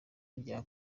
rya